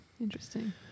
Interesting